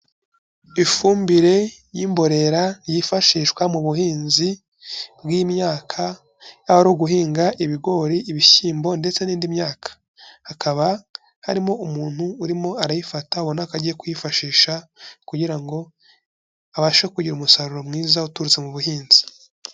Ifumbire y'imborera yifashishwa mu buhinzi bw'imyaka, haba ari uguhinga ibigori ibishyimbo ndetse n'indi myaka. Hakaba harimo umuntu urimo arayifata ubona ko ajyiye kwifashisha, kugira ngo, abashe kugira umusaruro mwiza uturutse mu buhinzi.